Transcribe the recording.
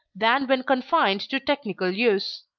than when confined to technical use.